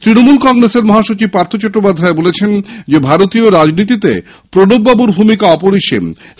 তৃণমূল কংগ্রেসের মহাসচিব পার্থ চট্টোপাধ্যায় বলেছেন ভারতীয় রাজনীতিতে প্রণব বাবুর অপরিসীম ভূমিকা